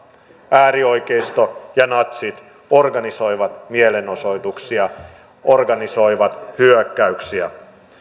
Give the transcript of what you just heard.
äärioikeisto ja natsit organisoivat mielenosoituksia organisoivat hyökkäyksiä